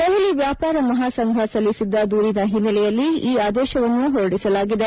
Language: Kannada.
ದೆಹಲಿ ವ್ಯಾಪಾರ ಮಹಾ ಸಂಘ ಸಲ್ಲಿಸಿದ್ದ ದೂರಿನ ಹಿನ್ನೆಲೆಯಲ್ಲಿ ಈ ಆದೇಶವನ್ನು ಹೊರಡಿಸಲಾಗಿದೆ